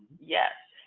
yes.